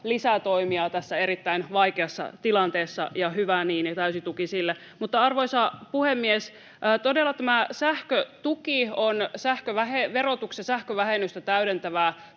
lisätoimia tässä erittäin vaikeassa tilanteessa, ja hyvä niin, täysi tuki sille. Arvoisa puhemies! Todella tämä sähkötuki on verotuksen sähkövähennystä täydentävä